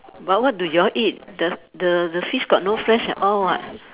but what do you all eat the the the fish got no flesh at all [what]